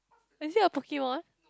is it a Pokemon